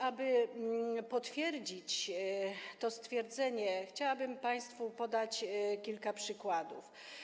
Aby potwierdzić to stwierdzenie, chciałabym państwu podać kilka przykładów.